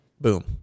Boom